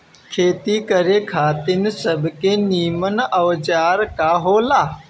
खेती करे खातिर सबसे नीमन औजार का हो ला?